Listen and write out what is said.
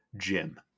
Jim